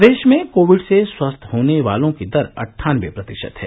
प्रदेश में कोविड से स्वस्थ होने वालों की दर अट्ठानबे प्रतिशत है